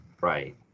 Right